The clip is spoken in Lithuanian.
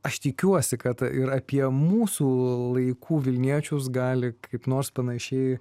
aš tikiuosi kad ir apie mūsų laikų vilniečius gali kaip nors panašiai